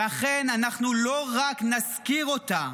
לכן, אנחנו לא רק נזכיר אותה,